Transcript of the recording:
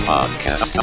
Podcast